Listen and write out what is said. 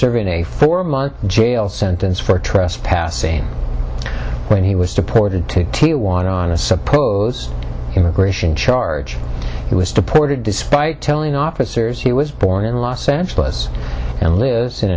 serving a four month jail sentence for trespassing when he was deported to tijuana on a support immigration charge he was deported despite telling officers he was born in los angeles and live in